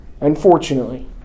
Unfortunately